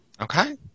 Okay